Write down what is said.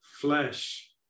flesh